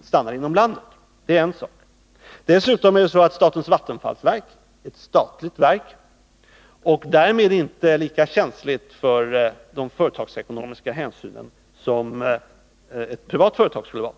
stannar inom landet. Det är en sak. Dessutom är det så att statens vattenfallsverk är ett statligt verk, och det är därmed inte lika känsligt för de företagsekonomiska hänsynen som ett privat företag skulle vara.